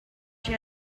she